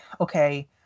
okay